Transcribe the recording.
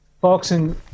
boxing